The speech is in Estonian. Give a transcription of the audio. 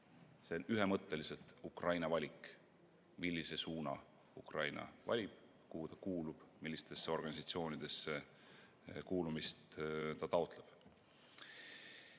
see on ühemõtteliselt Ukraina valik, millise suuna Ukraina valib, kuhu ta kuulub ja millistesse organisatsioonidesse kuulumist ta